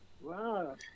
Wow